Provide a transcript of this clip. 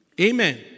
Amen